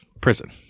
prison